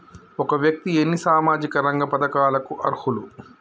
ఒక వ్యక్తి ఎన్ని సామాజిక రంగ పథకాలకు అర్హులు?